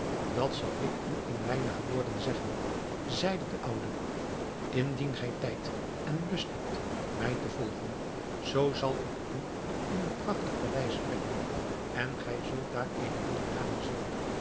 dat zal ik u in weinige woorden zeggen zeide de oude indien gij tijd en lust hebt mij te volgen zoo zal ik u in een prachtig paleis brengen en gij zult daar eene jonge dame zien